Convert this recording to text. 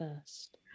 first